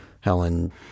Helen